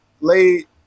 late